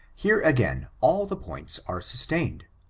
here, again, all the points are sustained.